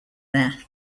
there